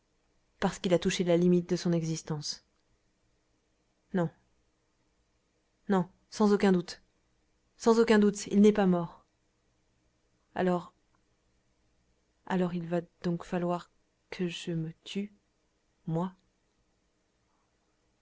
parce qu'il a touché la limite de son existence non non sans aucun doute sans aucun doute il n'est pas mort alors alors il va donc falloir que je me tue moi